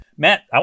Matt